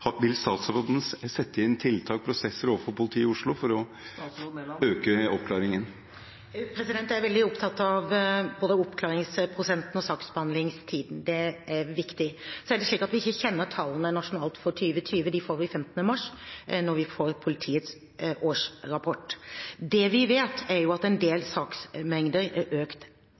Vil statsråden sette inn tiltak og prosesser overfor politiet i Oslo for å øke oppklaringsprosenten? Jeg er veldig opptatt av både oppklaringsprosenten og saksbehandlingstiden. Det er viktig. Så er det slik at vi ikke kjenner tallene nasjonalt for 2020, dem får vi 15. mars, når vi får politiets årsrapport. Det vi vet, er at en del saksmengder har økt